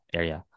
area